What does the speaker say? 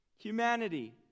Humanity